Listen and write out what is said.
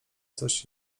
coś